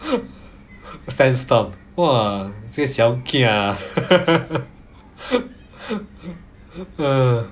send stomp !wah! 那些 siao kia uh